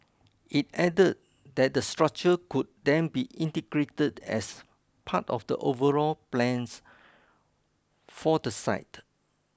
it add that the structure could then be integrated as part of the overall plans for the site